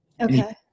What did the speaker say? Okay